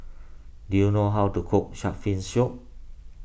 do you know how to cook Shark's Fin Soup